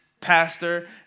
pastor